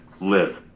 live